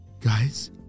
Guys